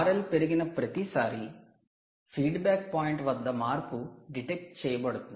RL పెరిగిన ప్రతీసారి feedback point వద్ద మార్పు డిటెక్ట్ చేయబడుతుంది